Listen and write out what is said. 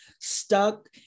stuck